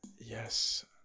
Yes